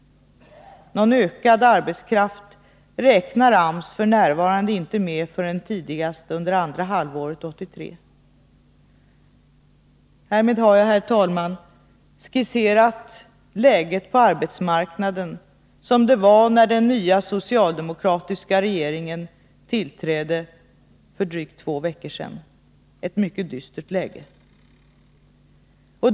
Någon ökad efterfrågan på arbetskraft räknar AMS f. n. inte med förrän tidigast andra halvåret 1983. Härmed har jag, herr talman, skisserat läget på arbetsmarknaden sådant det var när den nya socialdemokratiska regeringen tillträdde för drygt två veckor sedan — ett mycket dystert läge.